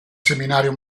seminario